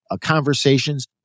conversations